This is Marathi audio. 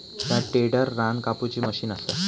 ह्या टेडर रान कापुची मशीन असा